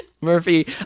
Murphy